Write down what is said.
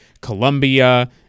Colombia